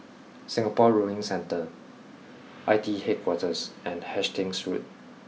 Singapore Rowing Centre I T E Headquarters and Hastings Road